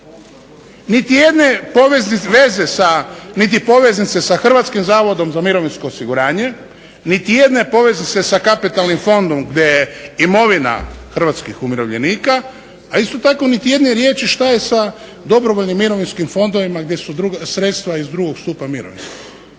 Niti jedne veze niti poveznice sa HZMO niti jedne poveznice sa kapitalnim fondom gdje je imovina hrvatskih umirovljenika, a isto tako niti jedne riječi sa je sa dobrovoljnim mirovinskim fondovima gdje su sredstva iz drugog stupa mirovinskog.